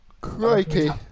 Crikey